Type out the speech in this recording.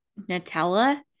Nutella